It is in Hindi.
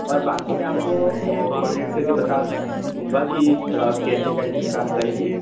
और बाकी मैं आपको को कोआर्डिनेट करके बता दे दूँगा कि कैसे क्या टीम काम करेगी